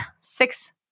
six